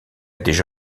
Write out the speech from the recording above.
déjà